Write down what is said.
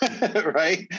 Right